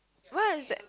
where is that